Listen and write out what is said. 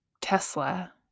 Tesla